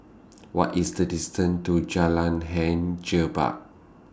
What IS The distance to Jalan Hang Jebat